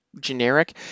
generic